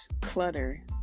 clutter